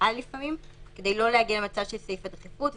על לפעמים כדי לא להגיע למצב של סעיף הדחיפות.